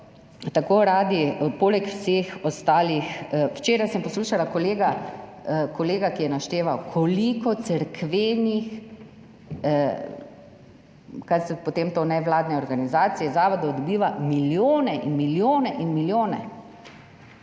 poleg vseh ostalih, Včeraj sem poslušala kolega, ki je našteval, koliko cerkvenih zavodov, to so nevladne organizacije, dobiva milijone in milijone in milijone.